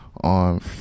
On